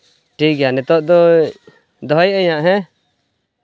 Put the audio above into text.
ᱴᱷᱤᱠ ᱜᱮᱭᱟ ᱱᱤᱛᱚᱜ ᱫᱚ ᱫᱚᱦᱚᱭᱮᱜ ᱦᱟᱸᱜ ᱦᱮᱸ